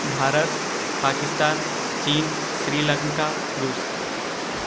भारत पाकिस्तान चीन श्रीलंका रूस